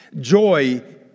joy